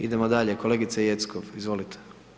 Idemo dalje, kolegica Jeckov, izvolite.